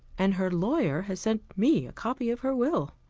and her lawyer has sent me a copy of her will.